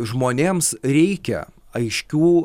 žmonėms reikia aiškių